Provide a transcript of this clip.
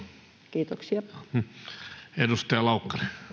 kiitoksia